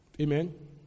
Amen